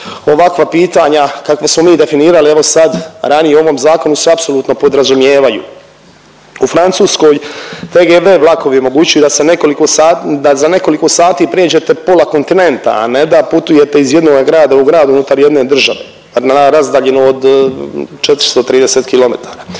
ovakva pitanja kakva smo mi definirali evo sad ranije u ovom zakonu se apsolutno podrazumijevaju. U Francuskoj TGV vlakovi omogućuju da za nekoliko sati prijeđene pola kontinenta, a ne da putujete iz jednoga grada u grad unutar jedne države na razdaljinu od 430 km.